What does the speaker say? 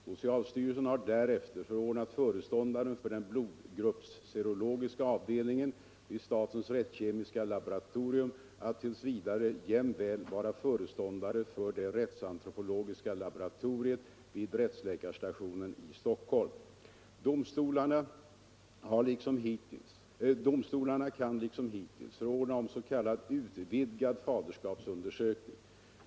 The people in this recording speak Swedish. Socialstyrelsen har därefter förordnat föreståndaren för den blodgruppsserologiska avdelningen vid statens rättskemiska laboratorium att t. v. jämväl vara föreståndare för det rättsantropologiska laboratoriet vid rättsläkarstationen i Stockholm. Domstolarna kan liksom hittills förordna om s.k. utvidgad faderskapsundersökning.